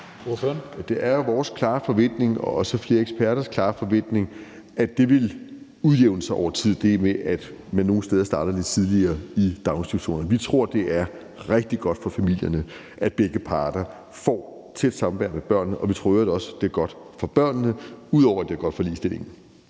Det er jo vores klare forventning og også flere eksperters klare forventning, at det vil udjævne sig over tid, altså det med, at man nogle steder starter lidt tidligere i daginstitution. Vi tror, det er rigtig godt for familierne, at begge parter får tæt samvær med børnene, og vi tror i øvrigt også, det er godt for børnene, ud over at det er godt for ligestillingen.